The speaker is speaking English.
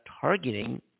targeting